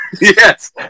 Yes